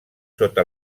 sota